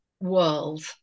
world